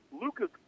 Lucas